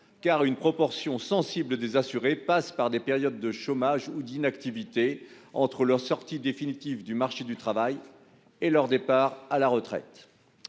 car une proportion sensible des assurés passent par des périodes de chômage ou d'inactivité entre leur sortie définitive du marché du travail et leur départ à la retraite.